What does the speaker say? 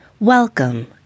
Welcome